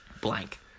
blank